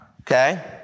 Okay